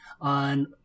on